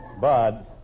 Bud